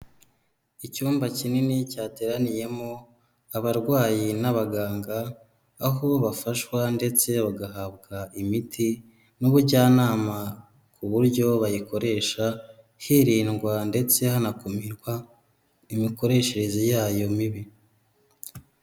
Icyumba kinini cyateraniyemo abarwayi n'abaganga, aho bafashwa ndetse bagahabwa imiti n'ubujyanama ku buryo bayikoresha, hirindwa ndetse hanakumirwa imikoreshereze yayo mibi.